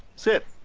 sit!